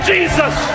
Jesus